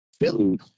Philly